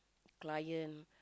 client